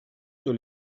sur